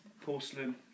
porcelain